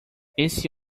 esse